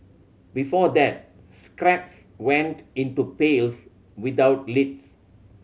before that scraps went into pails without lids